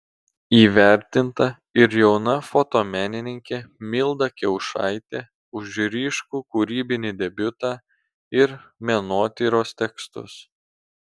įvertinta ir jauna fotomenininkė milda kiaušaitė už ryškų kūrybinį debiutą ir menotyros tekstus